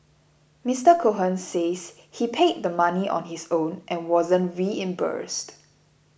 Mister Cohen says he paid the money on his own and wasn't reimbursed